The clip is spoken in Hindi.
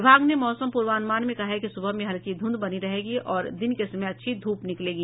विभाग ने मौसम पूर्वानुमान में कहा है कि सुबह में हल्की ध्रंध बनी रहेगी और दिन के समय अच्छी ध्रप निकलेगी